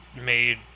made